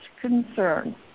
concern